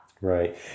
Right